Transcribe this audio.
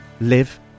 live